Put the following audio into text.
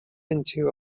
into